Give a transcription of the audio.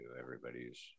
Everybody's